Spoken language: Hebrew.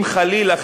אם חלילה,